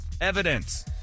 Evidence